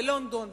בלונדון,